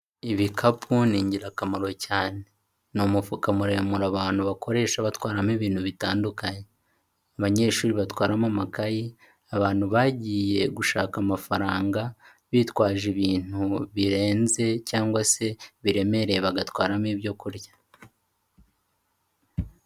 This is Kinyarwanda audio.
Ibikapu ni ingirakamaro cyane, ni umufuka muremure abantu bakoresha batwaramo ibintu bitandukanye, abanyeshuri batwaramo amakayi, abantu bagiye gushaka amafaranga bitwaje ibintu birenze cyangwa se biremereye bagatwaramo ibyo kurya.